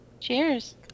Cheers